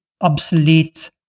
Obsolete